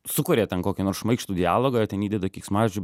sukūrė ten kokį nors šmaikštų dialogą ten įdeda keiksmažodžių